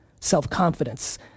Self-confidence